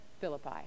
Philippi